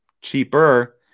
cheaper